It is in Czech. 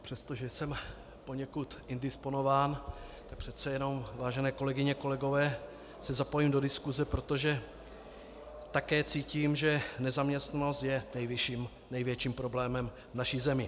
I když jsem poněkud indisponován, přece jenom, vážené kolegyně a kolegové, se zapojím do diskuse, protože také cítím, že nezaměstnanost je největším problémem v naší zemi.